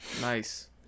Nice